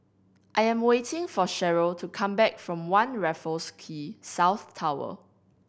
I am waiting for Sherrill to come back from One Raffles Quay South Tower